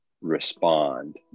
respond